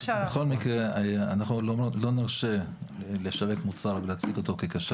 בכל מקרה אנחנו לא נרשה לשווק מוצר ולהציג אותו ככשר